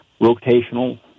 rotational